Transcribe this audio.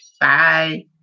Bye